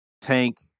Tank